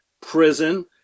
prison